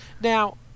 Now